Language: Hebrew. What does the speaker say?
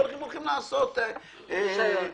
והם הולכים לעשות רישיון,